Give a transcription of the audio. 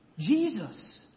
Jesus